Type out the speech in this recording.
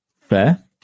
Fair